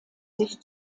sich